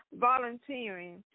volunteering